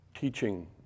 teaching